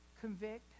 convict